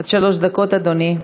עד שלוש דקות, אדוני.